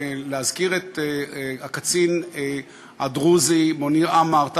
להזכיר את הקצין הדרוזי מוניר עמאר,